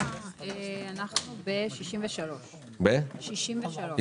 זה תלוי בתמהיל ההכנסות, נכון.